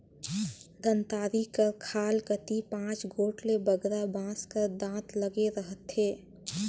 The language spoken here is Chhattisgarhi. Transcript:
दँतारी कर खाल कती पाँच गोट ले बगरा बाँस कर दाँत लगे रहथे